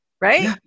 right